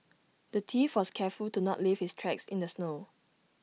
the thief was careful to not leave his tracks in the snow